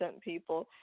people